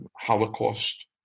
Holocaust